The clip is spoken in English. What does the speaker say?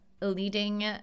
leading